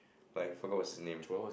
but I forgot what's his name